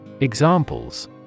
Examples